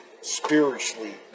spiritually